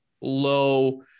low